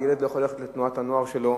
הילד לא יכול ללכת לתנועת הנוער שלו,